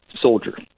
soldier